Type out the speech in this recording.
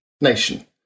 nation